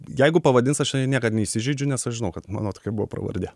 jeigu pavadins aš niekad neįsižeidžiu nes aš žinau kad mano tokia buvo pravardė